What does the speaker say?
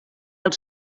els